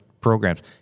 programs